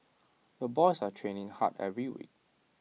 the boys are training hard every week